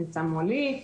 הוא נמצא מולי,